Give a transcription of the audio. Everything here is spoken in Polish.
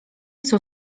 chcą